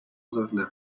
завжди